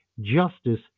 justice